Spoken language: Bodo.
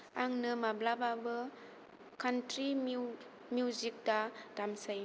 आंनो माब्लाबाबो कान्ट्री मिउजिक दा दामसै